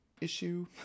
issue